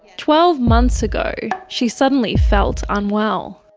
twelve months ago she suddenly felt unwell.